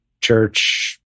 church